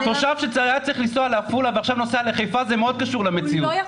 תושב שהיה צריך לנסוע לעפולה ועכשיו נוסע לחיפה זה מאוד קשור למציאות.